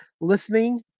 listening